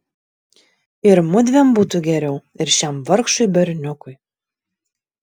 ir mudviem būtų geriau ir šiam vargšui berniukui